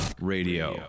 Radio